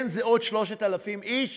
כן, עוד 3,000 איש